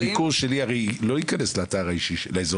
הביקור שלי הרי לא ייכנס לאזור האישי?